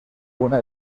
una